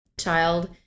child